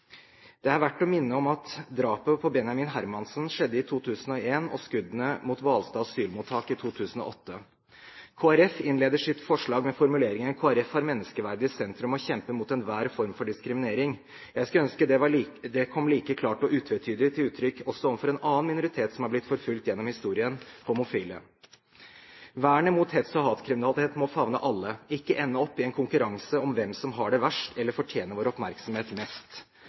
Det er verdt å minne om drapet på Benjamin Hermansen som skjedde i 2001, og skuddene mot Hvalstad asylmottak i 2008. Kristelig Folkeparti innleder sitt forslag med formuleringen «Kristelig Folkeparti har menneskeverdet i sentrum, og kjemper mot enhver form for diskriminering.» Jeg skulle ønske det kom like klart og utvetydig til uttrykk også overfor en annen minoritet som er blitt forfulgt gjennom historien: homofile. Vernet mot hets- og hatkriminalitet må favne alle, ikke ende opp i en konkurranse om hvem som har det verst, eller fortjener vår oppmerksomhet mest.